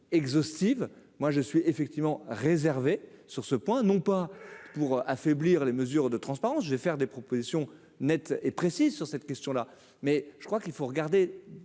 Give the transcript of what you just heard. moi je suis effectivement réservé sur ce point, non pas pour affaiblir les mesures de transparence, je vais faire des propositions nettes et précises sur cette question là, mais je crois qu'il faut regarder